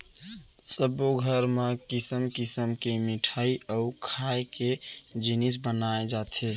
सब्बो घर म किसम किसम के मिठई अउ खाए के जिनिस बनाए जाथे